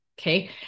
okay